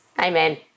Amen